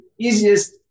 easiest